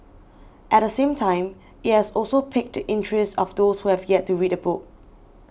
at the same time it has also piqued the interest of those who have yet to read the book